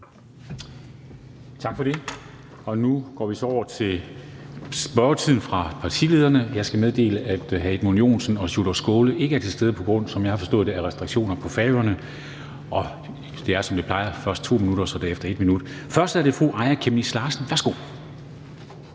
Tak for det. Nu går vi så over til spørgetiden med partilederne. Jeg skal meddele, at hr. Edmund Joensen og hr. Sjúrður Skaale ikke er til stede på grund af, som jeg har forstået, restriktioner på Færøerne. Det foregår, som det plejer, med først 2 minutter og derefter 1 minut. Først er det fru Aaja Chemnitz Larsen. Værsgo.